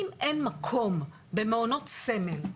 אם אין מקום במעונות סמל,